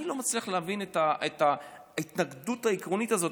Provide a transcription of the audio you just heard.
שאני לא מצליח להבין את ההתנגדות העקרונית הזאת.